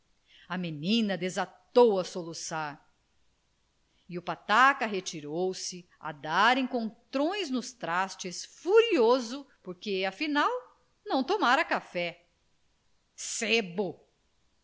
a menina desatou a soluçar e o pataca retirou-se a dar encontrões nos trastes furioso porque afinal não tomara café sebo